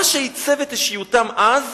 מה שעיצב את אישיותם אז,